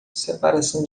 separação